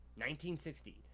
1960